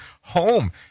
home